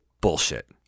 Bullshit